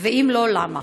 3. אם לא, למה?